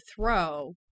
throw